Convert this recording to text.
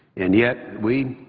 and yet, we